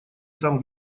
там